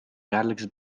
jaarlijks